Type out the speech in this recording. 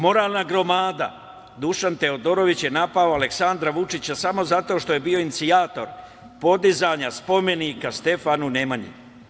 Moralna gromada Dušan Teodorović je napao Aleksandra Vučića samo zato što je bio inicijator podizanja spomenika Stefanu Nemanji.